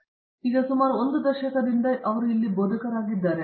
ಅವರು ಈಗ ಸುಮಾರು ಒಂದು ದಶಕದಲ್ಲಿ ಇಲ್ಲಿ ಬೋಧಕರಾಗಿದ್ದರು